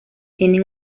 tienen